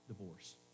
divorce